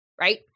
Right